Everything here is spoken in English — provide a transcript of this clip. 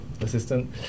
assistant